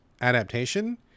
adaptation